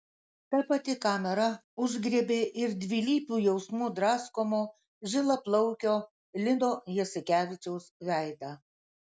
ta pati kamera užgriebė ir dvilypių jausmų draskomo žilaplaukio lino jasikevičiaus veidą